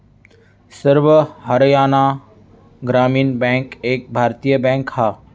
सर्व हरयाणा ग्रामीण बॅन्क एक भारतीय बॅन्क हा